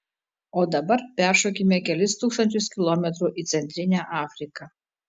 o dabar peršokime kelis tūkstančius kilometrų į centrinę afriką